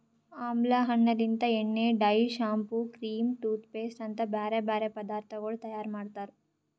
ಆಮ್ಲಾ ಹಣ್ಣ ಲಿಂತ್ ಎಣ್ಣೆ, dye, shampoo, cream, toothpaste ಅಂತ್ ಬ್ಯಾರೆ ಬ್ಯಾರೆ ಪದಾರ್ಥಗೊಳ್ ತೈಯಾರ್ ಮಾಡ್ತಾರ್